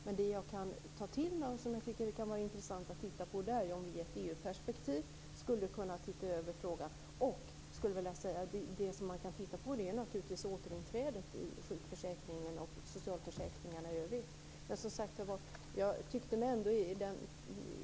Men det som jag kan ta till mig och som jag tycker kan vara intressant att titta på är om vi i ett EU-perspektiv skulle kunna titta över frågan. Det som man kan titta på är naturligtvis återinträdet i sjukförsäkringen och i socialförsäkringarna i övrigt.